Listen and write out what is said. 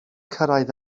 cyrraedd